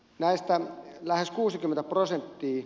näistä lähes kuusikymmentä prosenttiin